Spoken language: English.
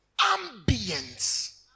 ambience